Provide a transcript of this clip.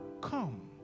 come